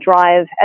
drive